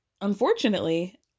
unfortunately